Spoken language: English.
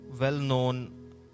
well-known